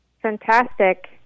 fantastic